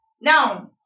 now